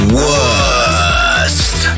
worst